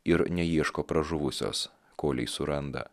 ir neieško pražuvusios kolei suranda